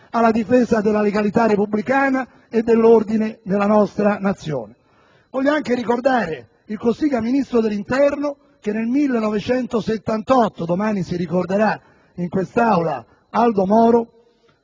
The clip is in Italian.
alla difesa della legalità repubblicana e dell'ordine nella nostra Nazione. Voglio anche ricordare il Cossiga ministro dell'interno che nel 1978 - domani si ricorderà in quest'Aula Aldo Moro